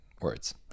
words